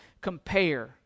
compare